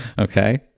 Okay